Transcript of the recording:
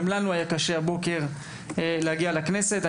גם לנו היה קשה הבוקר להגיע לכנסת.